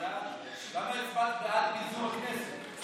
למה הצבעת בעד פיזור הכנסת, אפשר לדעת?